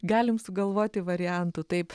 galim sugalvoti variantų taip